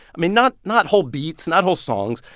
i mean, not not whole beats, not whole songs.